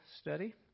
study